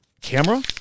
camera